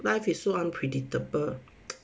life is so unpredictable